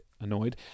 annoyed